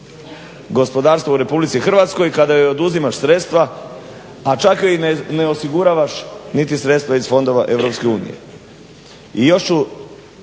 gospodarstva u RH kada joj oduzimaš sredstva, a čak joj i ne osiguravaš niti sredstva iz fondova EU.